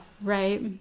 right